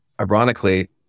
ironically